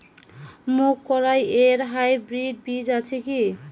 মুগকলাই এর হাইব্রিড বীজ আছে কি?